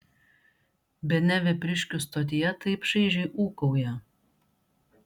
bene vepriškių stotyje taip šaižiai ūkauja